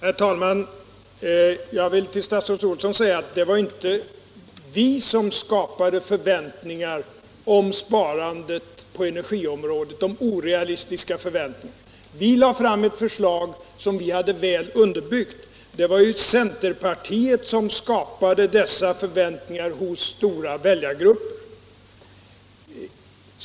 Herr talman! Jag vill till statsrådet Olsson säga att det inte var vi som skapade de orealistiska förväntningarna om sparande på energiområdet. Vi lade fram ett väl underbyggt förslag. Det var centerpartiet som skapade dessa förväntningar hos stora väljargrupper.